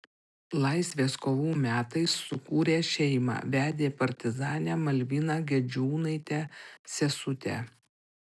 laisvės kovų metais sukūrė šeimą vedė partizanę malviną gedžiūnaitę sesutę